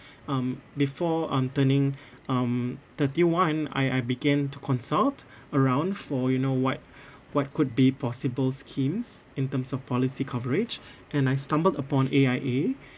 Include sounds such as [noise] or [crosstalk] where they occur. um before I'm turning [breath] um thirty one I I began to consult around for you know what [breath] what could be possible schemes in terms of policy coverage [breath] and I stumbled upon A_I_A